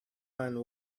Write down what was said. and